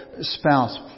spouse